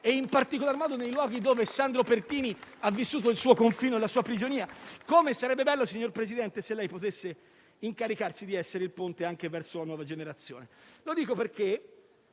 in particolar modo nei luoghi dove Sandro Pertini ha vissuto il suo confino e la sua prigionia. Come sarebbe bello, signor Presidente, se lei potesse incaricarsi di essere un ponte anche verso le nuove generazioni. Lo dico perché